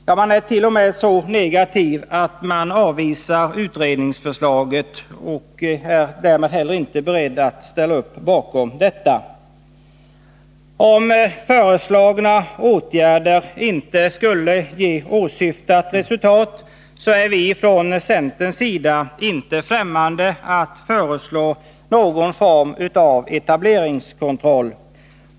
Ja, man är t.o.m. så negativ att man avvisar förslaget om utredning och alltså inte är beredd att ställa upp bakom detta. Om föreslagna åtgärder inte skulle ge åsyftat resultat är vi från centerns sida inte främmande för att föreslå någon form av etableringskontroll.